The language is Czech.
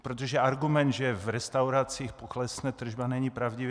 Protože argument, že v restauracích poklesne tržba, není pravdivý.